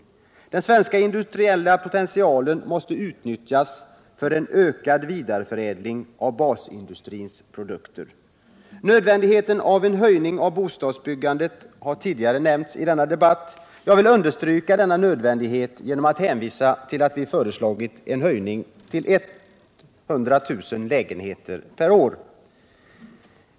Den svenska industriella potentialen måste utnyttjas för en ökad vidareförädling av basindustriernas produkter. Nödvändigheten av en ökning av bostadsbyggandet har tidigare nämnts i denna debatt. Jag vill understryka denna nödvändighet genom att hänvisa till att vi föreslagit en höjning av produktionen till 100 000 lägenheter per år.